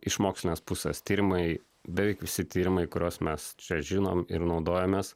iš mokslinės pusės tyrimai beveik visi tyrimai kuriuos mes čia žinom ir naudojamės